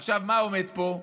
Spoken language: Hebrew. עכשיו, מה עומד פה?